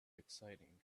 exciting